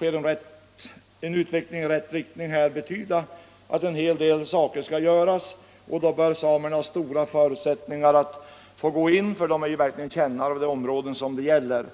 och det kan, om utvecklingen går i rätt riktning, betyda att en hel del åtgärder skall vidtas, och då bör samerna ha stora förutsättningar att få vara med och få arbete, för de är verkligen kännare av de områden som det är fråga om.